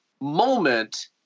moment